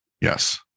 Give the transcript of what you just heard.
Yes